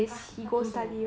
!huh! 他读什么